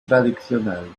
tradicional